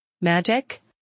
Magic